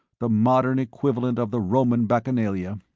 the modern equivalent of the roman bacchanalia.